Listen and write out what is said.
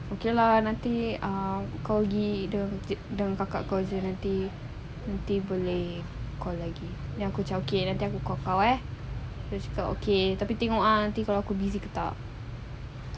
okay lah nanti um call pergi the the kakak call jer nanti nanti boleh call lagi jangan aku nanti aku call kau iya saya cakap okay tapi tengok ah nanti aku busy ke tak